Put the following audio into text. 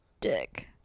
dick